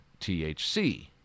THC